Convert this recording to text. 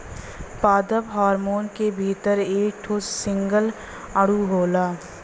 पादप हार्मोन के भीतर एक ठे सिंगल अणु होला